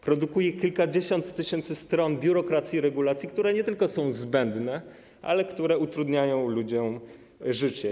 Produkuje się kilkadziesiąt tysięcy stron biurokracji i regulacji, które nie tylko są zbędne, ale też utrudniają ludziom życie.